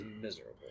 miserable